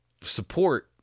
support